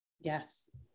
Yes